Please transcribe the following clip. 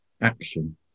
action